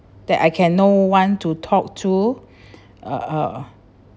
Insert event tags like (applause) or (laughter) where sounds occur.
that I can know one to talk to (breath) uh uh